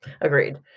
Agreed